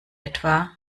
etwa